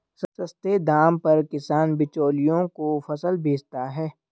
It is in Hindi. सस्ते दाम पर किसान बिचौलियों को फसल बेचता है